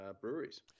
breweries